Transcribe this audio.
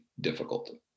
difficult